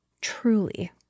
truly